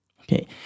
okay